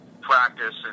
practice